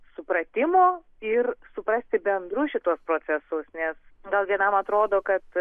supratimo ir suprasti bendrus šituos procesus nes gal vienam atrodo kad